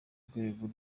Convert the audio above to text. rwego